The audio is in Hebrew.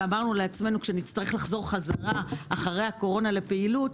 אמרנו לעצמנו כשנצטרך לחזור חזרה אחרי הקורונה לפעילת,